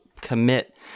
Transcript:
commit